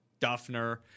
Duffner